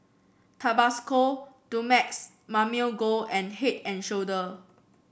Tabasco Dumex Mamil Gold and Head And Shoulder